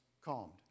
calmed